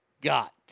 got